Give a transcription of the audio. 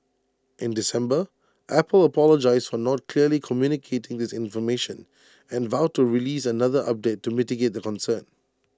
in December Apple apologised for not clearly communicating this information and vowed to release another update to mitigate the concern